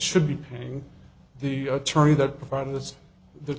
should be paying the attorney that fine that's the